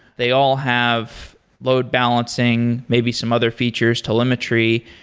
they all have load balancing, maybe some other features telemetry.